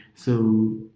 so